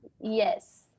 Yes